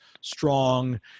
strong